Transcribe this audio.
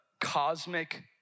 cosmic